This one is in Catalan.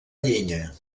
llenya